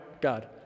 God